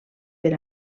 per